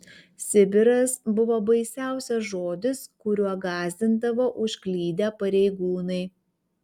sibiras buvo baisiausias žodis kuriuo gąsdindavo užklydę pareigūnai